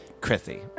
Chrissy